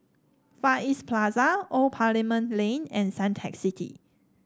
Far East Plaza Old Parliament Lane and Suntec City